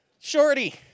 shorty